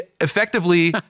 effectively